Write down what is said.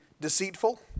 deceitful